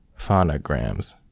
Phonograms